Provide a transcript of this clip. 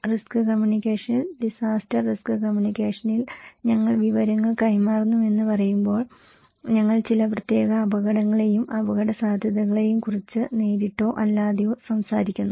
risk കമ്മ്യൂണിക്കേഷനിൽ disaster risk കമ്മ്യൂണിക്കേഷനിൽ ഞങ്ങൾ വിവരങ്ങൾ കൈമാറുന്നുവെന്ന് പറയുമ്പോൾ ഞങ്ങൾ ചില പ്രത്യേക അപകടങ്ങളെയും അപകടസാധ്യതകളെയും കുറിച്ച് നേരിട്ടോ അല്ലാതെയോ സംസാരിക്കുന്നു